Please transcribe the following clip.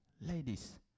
Ladies